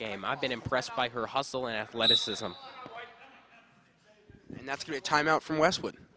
game i've been impressed by her hustle athleticism and that's a great time out from westwood